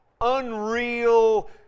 unreal